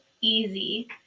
easy